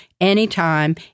anytime